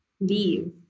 leave